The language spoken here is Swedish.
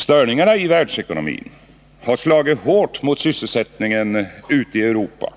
Störningarna i världsekonomin har slagit hårt mot sysselsättningen ute i Europa.